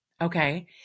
Okay